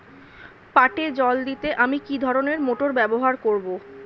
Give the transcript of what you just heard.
পাটে জল দিতে আমি কি ধরনের মোটর ব্যবহার করব?